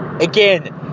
Again